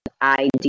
ID